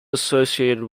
associated